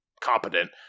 competent